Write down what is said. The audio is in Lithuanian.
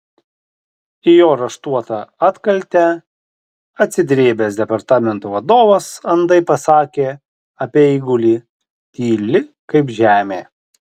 į jo raštuotą atkaltę atsidrėbęs departamento vadovas andai pasakė apie eigulį tyli kaip žemė